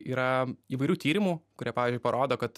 yra įvairių tyrimų kurie pavyzdžiui parodo kad